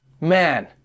Man